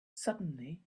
suddenly